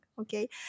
okay